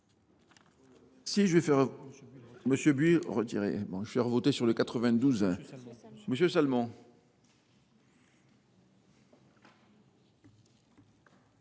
Merci,